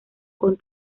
con